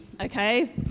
Okay